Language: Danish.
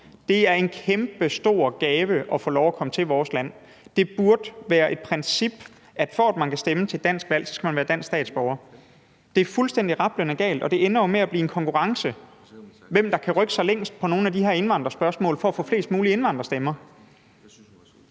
Det er en kæmpestor gave at få lov at komme til vores land. Det burde være et princip, at for at man kan stemme til et dansk valg, skal man være dansk statsborger. Det er fuldstændig rablende galt, og det ender jo med at blive en konkurrence om, hvem der kan rykke sig længst i nogle af de her indvandrerspørgsmål for at få flest mulige indvandrerstemmer.